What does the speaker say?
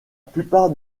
plupart